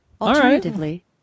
alternatively